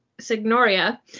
signoria